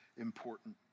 important